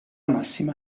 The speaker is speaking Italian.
massima